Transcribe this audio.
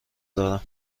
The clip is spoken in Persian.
دارم